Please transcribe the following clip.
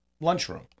lunchroom